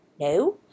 No